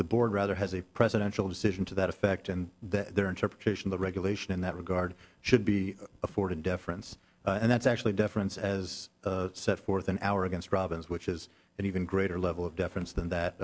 the board rather has a presidential decision to that effect and that their interpretation the regulation in that regard should be afforded deference and that's actually difference as set forth in our against robyn's which is an even greater level of deference than that